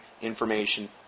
information